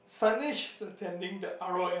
Sunday she is attending the R_O_M